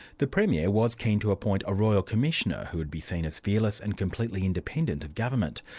the premier was keen to appoint a royal commissioner, who'd be seen as fearless and completely independent of government.